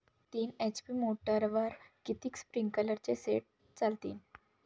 तीन एच.पी मोटरवर किती स्प्रिंकलरचे सेट चालतीन?